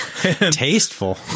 tasteful